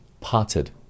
parted